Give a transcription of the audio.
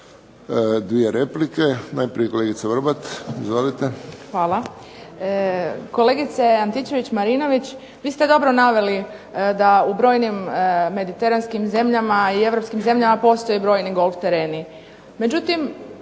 Dvije replike, najprije kolegica Vrbat. Izvolite. **Vrbat Grgić, Tanja (SDP)** Hvala. Kolegice Antičević-Marinović vi ste dobro naveli da u brojnim mediteranskim zemljama i europskim zemljama postoje brojni golf tereni.